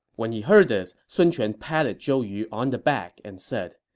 when he heard this, sun quan patted zhou yu on the back and said,